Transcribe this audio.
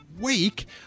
week